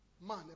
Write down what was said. man